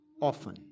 often